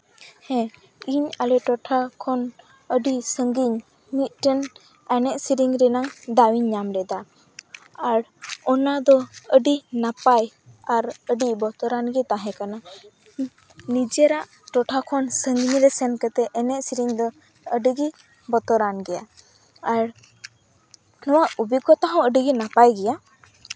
ᱦᱮᱸ ᱤᱧ ᱟᱞᱮ ᱴᱚᱴᱷᱟ ᱠᱷᱚ ᱟᱹᱰᱤ ᱥᱟᱺᱜᱤᱧ ᱢᱤᱫᱴᱮᱱ ᱮᱱᱮᱡ ᱥᱮᱨᱮᱧ ᱨᱮᱱᱟᱝ ᱫᱟᱣᱤᱧ ᱧᱟᱢᱞᱮᱫᱟ ᱟᱨ ᱚᱱᱟᱫᱚ ᱟᱹᱰᱤ ᱱᱟᱯᱟᱭ ᱟᱨ ᱟᱹᱰᱤ ᱵᱚᱛᱚᱨᱟᱱᱜᱮ ᱛᱟᱦᱮᱸᱠᱟᱱᱟ ᱱᱤᱡᱮᱨᱟᱜ ᱴᱚᱴᱷᱟ ᱠᱷᱚᱱ ᱥᱟᱺᱜᱤᱧᱨᱮ ᱥᱮᱱᱠᱟᱛᱮ ᱮᱱᱮᱡ ᱥᱮᱨᱮᱧ ᱫᱚ ᱟᱹᱰᱤᱜᱮ ᱵᱚᱛᱚᱨᱟᱱ ᱜᱮᱭᱟ ᱟᱨ ᱱᱚᱣᱟ ᱚᱵᱷᱤᱜᱽᱜᱚᱛᱟ ᱦᱚᱸ ᱟᱹᱰᱤᱜᱮ ᱱᱟᱯᱟᱭ ᱜᱮᱭᱟ